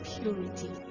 purity